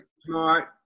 smart